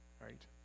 right